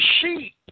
sheep